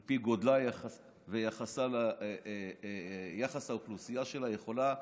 על פי גודלה ויחס האוכלוסייה שלה, יכולה,